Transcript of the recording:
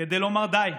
בכדי לומר די,